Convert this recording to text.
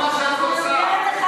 בנגב,